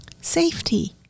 safety